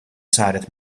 saret